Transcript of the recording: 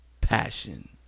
passion